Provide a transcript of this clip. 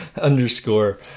underscore